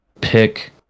pick